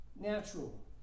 Natural